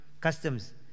customs